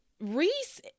Reese